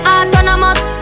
Autonomous